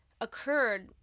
occurred